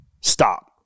stop